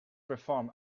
perform